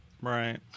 Right